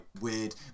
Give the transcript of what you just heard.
weird